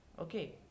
okay